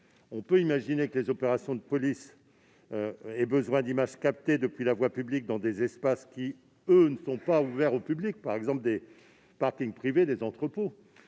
on peut imaginer que les opérations de police aient besoin d'images captées depuis la voie publique dans des espaces qui, eux, ne sont pas ouverts au public, par exemple des parkings privés ou des entrepôts.